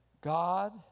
God